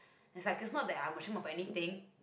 as is not that I am ashamed of anything